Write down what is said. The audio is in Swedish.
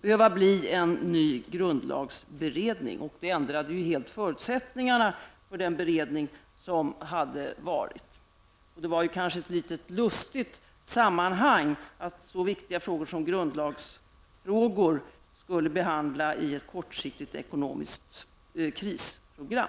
behöva bli ny en grundlagsberedning. Det ändrade helt förutsättningarna för den beredning som hade arbetat. Det var kanske ett litet lustigt sammanhang -- att så viktiga frågor som grundlagsfrågor skulle behandlas i ett kortsiktigt ekonomiskt krisprogram.